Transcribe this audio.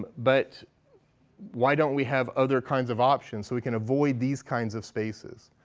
but why don't we have other kinds of options so we can avoid these kinds of spaces,